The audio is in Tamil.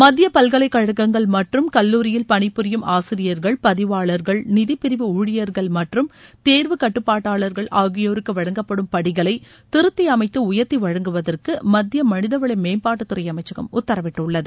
மத்திய பல்கலைக்கழகங்கள் மற்றும் கல்லூரியின் பணிபுரியும் ஆசிரியர்கள் பதிவாளர்கள் நிதி பிரிவு ஊழியர்கள் மற்றும் தேர்வு கட்டுப்பாட்டாளர்கள் ஆகியோருக்கு வழங்கப்படும் படிகளை திருத்தி அமைத்து உயர்த்தி வழங்குவதற்கு மத்திய மனித வள மேம்பாட்டுத்துறை அமைச்சகம் உத்தரவிட்டுள்ளது